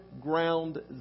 ground